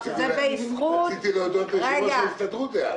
רציתי להודות ליושב-ראש ההסתדרות דאז.